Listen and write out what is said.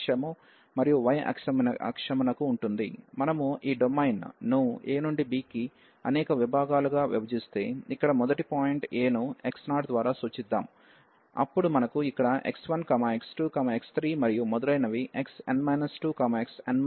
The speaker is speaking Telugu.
మనము ఈ డొమైన్ ను a నుండి b కి అనేక భాగాలుగా విభజిస్తే ఇక్కడ మొదటి పాయింట్ a ను x0 ద్వారా సూచిద్దాం అప్పుడు మనకు ఇక్కడ x1 x2 x3 మరియు మొదలైనవి xn 2 xn 1 మరియు xn